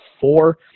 four